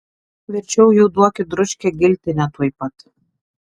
verčiau jau duokit dručkę giltinę tuoj pat